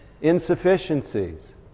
insufficiencies